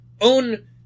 own